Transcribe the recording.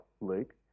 Luke